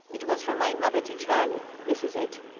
it was from my mother to charley. this is it.